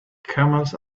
camels